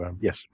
Yes